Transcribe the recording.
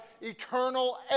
eternal